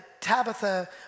Tabitha